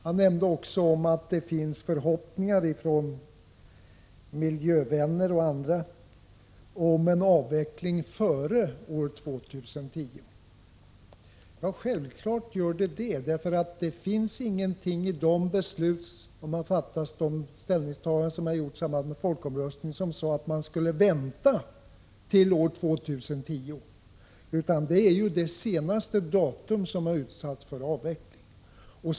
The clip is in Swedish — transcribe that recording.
Han nämnde också att det finns förhoppningar från miljövänner och andra om en avveckling före år 2010. Givetvis finns det sådana förhoppningar. Det finns ingenting i de beslut som har fattats och de ställningstaganden som har gjorts i samband med folkomröstningen som säger att man skall vänta till år 2010, utan det är den senaste tidpunkt som har satts för avvecklingen.